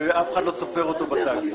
ואף אחד לא סופר אותו בקלפי.